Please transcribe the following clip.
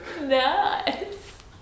Nice